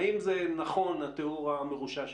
האם זה נכון התיאור המרושע שלי?